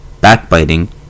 backbiting